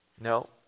no